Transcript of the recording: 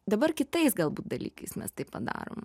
dabar kitais galbūt dalykais mes taip padarom